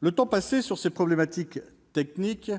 Le temps passé sur ces problématiques techniques,